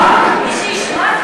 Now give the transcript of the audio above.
מי שישמע,